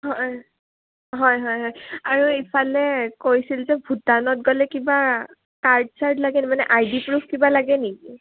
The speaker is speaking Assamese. হয় হয় হয় হয় আৰু ইফালে কৈছিল যে ভূটানত গ'লে কিবা কাৰ্ড চাৰ্ড লাগেনে মানে আই ডি প্ৰুফ কিবা লাগে নেকি